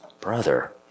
brother